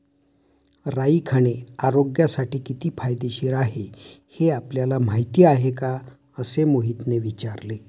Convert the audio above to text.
राई खाणे आरोग्यासाठी किती फायदेशीर आहे हे आपल्याला माहिती आहे का? असे मोहितने विचारले